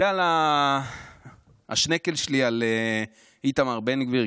זה השנקל שלי על איתמר בן גביר,